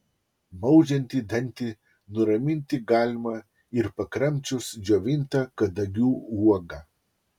maudžiantį dantį nuraminti galima ir pakramčius džiovintą kadagių uogą